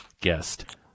guest